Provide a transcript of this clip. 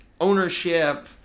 ownership